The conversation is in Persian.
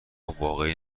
واقعی